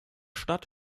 stadt